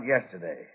yesterday